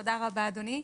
תודה רבה אדוני.